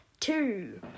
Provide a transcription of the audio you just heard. Two